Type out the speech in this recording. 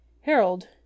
Harold